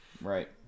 right